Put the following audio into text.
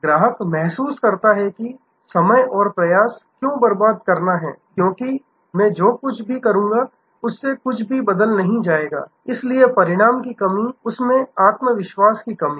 ग्राहक महसूस करता है कि समय और प्रयास क्यों बर्बाद करना है क्योंकि मैं जो कुछ भी करूंगा उससे कुछ भी बदल नहीं जाएगा इसलिए परिणाम की कमी उस में आत्मविश्वास की कमी